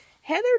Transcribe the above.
Heather